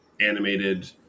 animated